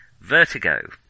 Vertigo